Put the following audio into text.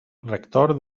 rector